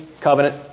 covenant